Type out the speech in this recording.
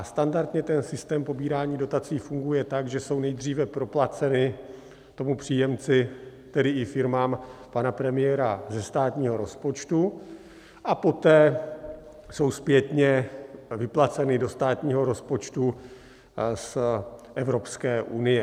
Standardně systém pobírání dotací funguje tak, že jsou nejdříve proplaceny příjemci, tedy i firmám pana premiéra, ze státního rozpočtu a poté jsou zpětně vyplaceny do státního rozpočtu z Evropské unie.